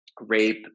rape